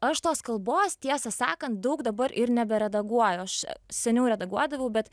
aš tos kalbos tiesą sakant daug dabar ir neberedaguoju aš seniau redaguodavau bet